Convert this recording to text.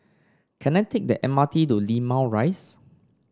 can I take the M R T to Limau Rise